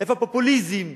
איפה הפופוליזם?